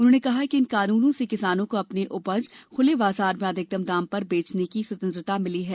उन्होंने कहा कि इन कानूनों से किसानों को अपनी उपज खुले बाजार में अधिकतम दाम पर बेंचने की स्वतंत्रता भिली है